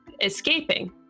escaping